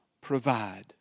provide